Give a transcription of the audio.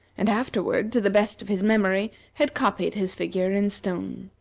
and afterward, to the best of his memory, had copied his figure in stone.